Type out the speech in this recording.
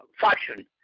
faction